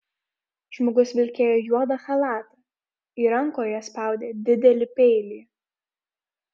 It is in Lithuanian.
žmogus vilkėjo juodą chalatą ir rankoje spaudė didelį peilį